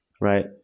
right